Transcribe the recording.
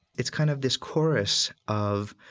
it's kind of this chorus of,